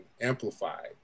amplified